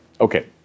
Okay